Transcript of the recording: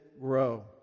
grow